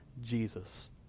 Jesus